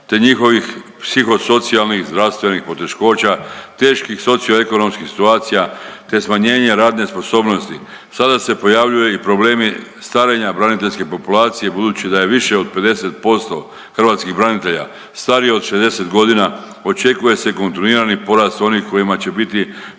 te njihovih psihosocijalnih i zdravstvenih poteškoća, teških socioekonomskih situacija, te smanjenje radne sposobnosti, sada se pojavljuju i problemi starenja braniteljske populacije, budući da je više od 50% hrvatskih branitelja starije od 60.g., očekuje se kontinuirani porast onih kojima će biti